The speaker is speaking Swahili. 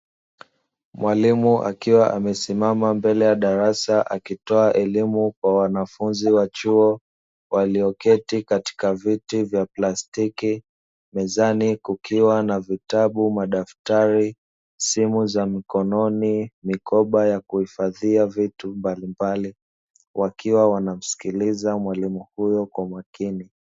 Mwalimu akiwa amesimama mbele ya darasa akitoa elimu kwa wanafunzi wa chuo walioketi katika viti vya plastiki mezani kukiwa na vitabu, madaftari, simu za mikononi, mikoba ya kuhifadhia vitu mbalimbali wakiwa wanamsikiliza mwalimu huyo kwa makini.